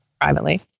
privately